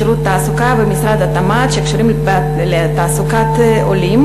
שירות התעסוקה ומשרד התמ"ת שקשורים לתעסוקת עולים,